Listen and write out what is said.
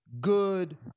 good